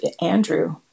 Andrew